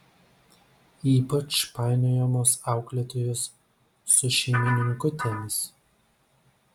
ypač painiojamos auklėtojos su šeimininkutėmis